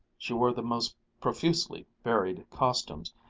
she wore the most profusely varied costumes,